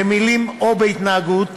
במילים או בהתנהגות,